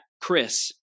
Chris